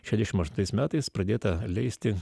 šešiasdešimt aštuntais metais pradėta leisti